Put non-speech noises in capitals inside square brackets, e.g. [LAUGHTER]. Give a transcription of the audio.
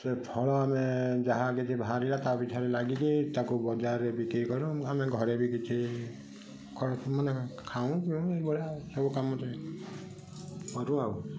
ସେହି ଫଳ ଆମେ ଯାହା କିଛି ବାହାରିଲା ତା ପଛରେ ଲାଗିକି ତାକୁ ବଜାରରେ ବିକ୍ରି କରୁ ଆମେ ତାକୁ ଘରେ ବି କିଛି [UNINTELLIGIBLE] ମାନେ ଖାଉ କରୁ ଏଇଭଳିଆ [UNINTELLIGIBLE] କରୁ